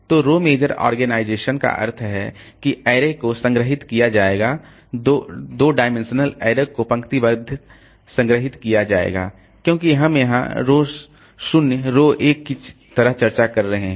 तो row major organisation का अर्थ है कि अरे को संग्रहीत किया जाएगा 2 आयामी अरे को पंक्तिबद्ध संग्रहीत किया जाएगा क्योंकि हम यहां रो 0 रो 1 की तरह चर्चा कर रहे हैं